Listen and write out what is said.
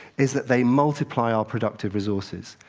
is that they multiply our productive resources.